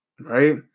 Right